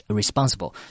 responsible